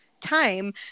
time